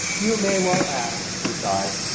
you may well ask, he sighed.